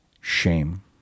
shame